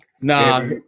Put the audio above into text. Nah